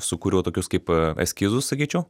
sukūriau tokius kaip eskizus sakyčiau